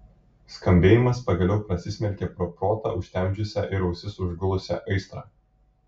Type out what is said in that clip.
skambėjimas pagaliau prasismelkė pro protą užtemdžiusią ir ausis užgulusią aistrą